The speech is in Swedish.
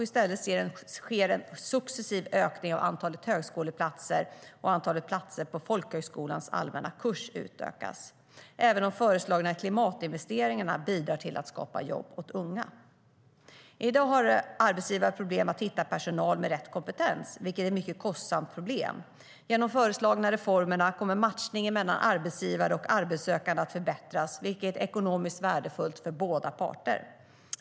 I stället sker en successiv ökning av antalet högskoleplatser, och antalet platser på folkhögskolans allmänna kurs utökas. Även de föreslagna klimatinvesteringarna bidrar till att skapa jobb åt unga. I dag har arbetsgivare problem att hitta personal med rätt kompetens, vilket är mycket kostsamt. Genom de föreslagna reformerna kommer matchningen mellan arbetsgivare och arbetssökande att förbättras, vilket är ekonomiskt värdefullt för båda parter.